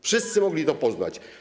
Wszyscy mogli to poznać.